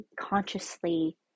consciously